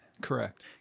correct